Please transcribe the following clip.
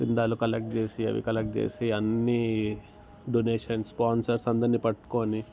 చందాలు కలెక్ట్ చేసి అవి కలెక్ట్ చేసి అన్నీ డొనేషన్స్ స్పాన్సర్స్ అందరిని పట్టుకుని